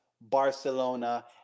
Barcelona